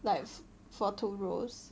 like for two roles